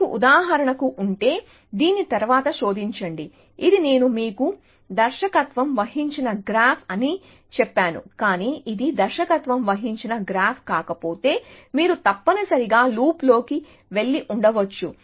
మీకు ఉదాహరణకు ఉంటే దీని తరువాత శోధించండి ఇది నేను మీకు దర్శకత్వం వహించిన గ్రాఫ్ అని చెప్పాను కానీ ఇది దర్శకత్వం వహించిన గ్రాఫ్ కాకపోతే మీరు తప్పనిసరిగా లూప్లోకి వెళ్లి ఉండవచ్చు